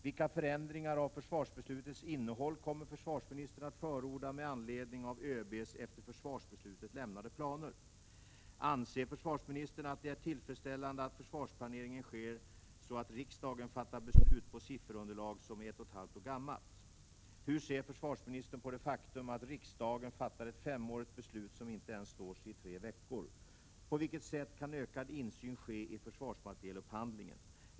Vilka förändringar av försvarsbeslutets innehåll kommer försvarsministern att förorda med anledning av ÖB:s, efter försvarsbeslutet, lämnade planer? Anser försvarsministern att det är tillfredsställande att försvarsplaneringen sker så att riksdagen fattar beslut på sifferunderlag som är 1,5 år gammalt? 3. Hur ser försvarsministern på det faktum att riksdagen fattar ett femårigt beslut som inte ens står sig i tre veckor? 4. På vilket sätt kan ökad insyn ske i försvarsmaterielupphandlingen? 5.